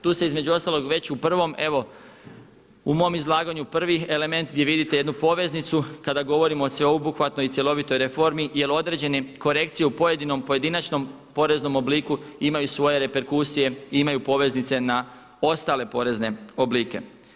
Tu se između ostalog već u prvom evo u mom izlaganju prvi element gdje vidite jednu poveznicu kada govorimo o sveobuhvatnoj i cjelovitoj reformi jer određene korekcije u pojedinom pojedinačnom poreznom obliku imaju svoje reperkusije i imaju poveznice na ostale porezne oblike.